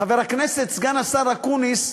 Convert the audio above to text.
חבר הכנסת סגן השר אקוניס,